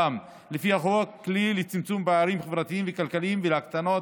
לפי החוק כלי לצמצום פערים חברתיים וכלכליים ולהקטנת